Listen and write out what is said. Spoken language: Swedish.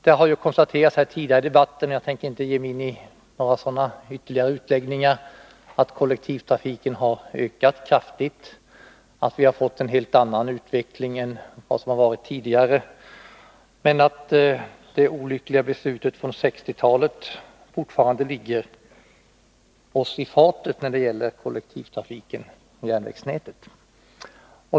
Det har konstaterats tidigare i debatten, och jag tänker inte ge mig in i ytterligare sådana utläggningar, att kollektivtrafiken har ökat kraftigt, att vi har fått en helt annan utveckling än som har varit tidigare, men att det olyckliga beslutet från 1960-talet fortfarande ligger oss i fatet när det gäller kollektivtrafiken på järnvägsnätet.